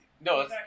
No